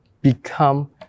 become